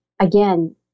again